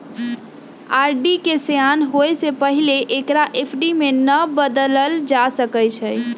RD के सेयान होय से पहिले एकरा एफ.डी में न बदलल जा सकइ छै